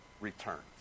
returns